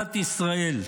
מדינת ישראל.